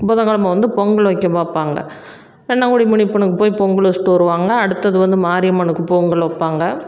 புதன்கிலம வந்து பொங்கல் வைக்க பார்ப்பாங்க வெண்ணாங்குடி முனியப்பனுக்குப்போய் பொங்கல் வச்சிட்டு வருவாங்க அடுத்தது வந்து மாரியம்மனுக்கு பொங்கல் வைப்பாங்க